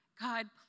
God